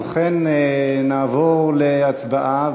ובכן, נעבור להצבעה.